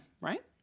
right